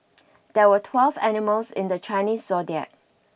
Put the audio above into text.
there were twelve animals in the Chinese zodiac